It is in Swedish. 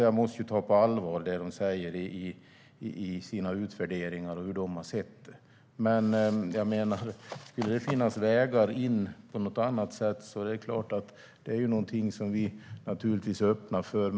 Jag måste ta det som de säger i sina utvärderingar på allvar. Skulle det finnas vägar in på något annat sätt är vi naturligtvis öppna för det.